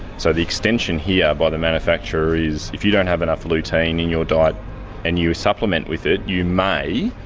so the extension here by the manufacturer is if you don't have enough lutein in your diet and you supplement with it, you may